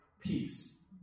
Peace